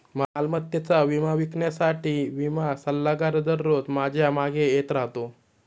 मालमत्तेचा विमा विकण्यासाठी विमा सल्लागार दररोज माझ्या मागे येत राहतो